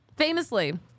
Famously